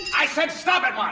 i said stop at my.